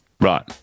Right